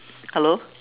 hello